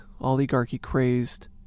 oligarchy-crazed